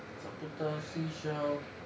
supporters he showed